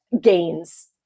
gains